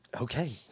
Okay